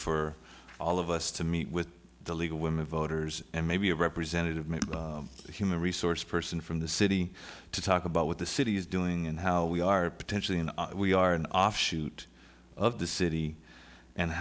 for all of us to meet with the league of women voters and maybe a representative maybe a human resource person from the city to talk about what the city is doing and how we are potentially in we are an offshoot of the city and